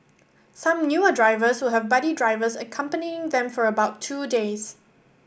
some newer drivers will have buddy drivers accompanying them for about two days